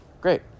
Great